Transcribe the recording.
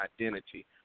identity